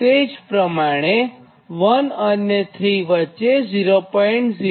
તે જ પ્રમાણે તો 1 અને 3 વચ્ચે 0